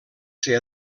ser